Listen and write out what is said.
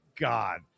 God